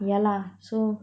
yeah lah so